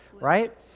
right